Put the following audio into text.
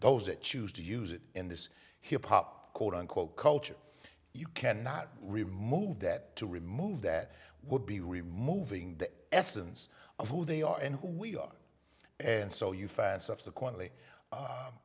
those that choose to use it in this hip hop quote unquote culture you cannot remove that to remove that would be removing the essence of who they are and who we are and so you find subsequently